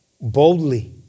boldly